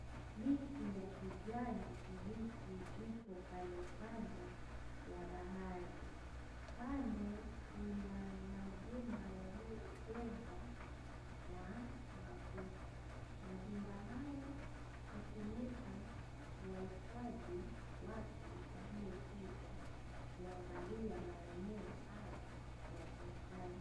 Miti ya kijani kibichi ipo kando kando ya bahari. Kando kuna majumba yaliyojengwa na makuti, majumba hayo kutumika kuwahifadhi watu waliokuja kuangalia maeneo haya ya bustani.